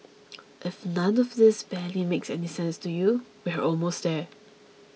if none of this barely makes any sense to you we're almost there